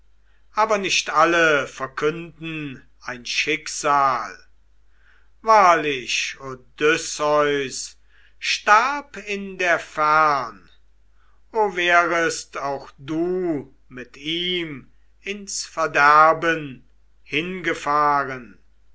aber nicht alle verkünden ein schicksal wahrlich odysseus starb in der fern o wärest auch du mit ihm ins verderben hingefahren